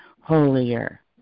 holier